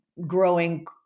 growing